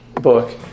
book